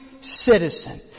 citizen